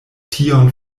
tion